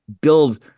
build